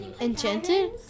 Enchanted